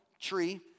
tree